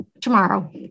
tomorrow